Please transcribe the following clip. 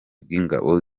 bw’ingabo